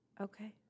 Okay